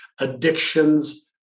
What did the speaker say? addictions